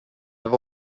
have